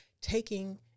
taking